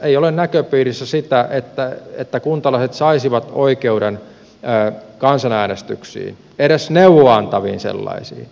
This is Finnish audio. ei ole näköpiirissä sitä että kuntalaiset saisivat oikeuden kansanäänestyksiin edes neuvoa antaviin sellaisiin